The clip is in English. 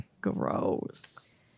Gross